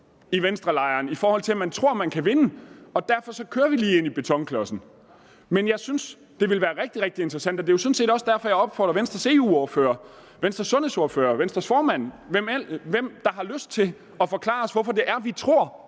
i Venstrelejren, i forhold til at man tror, man kan vinde, og derfor kører vi lige ind i betonklodsen. Men jeg synes, det ville være rigtig, rigtig interessant, og det er sådan set også derfor, jeg opfordrer Venstres EU-ordfører, Venstres sundhedsordfører og Venstres formand, hvem der har lyst, til at forklare os, hvorfor det er, man tror,